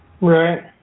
Right